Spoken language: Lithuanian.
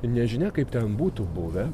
nežinia kaip ten būtų buvę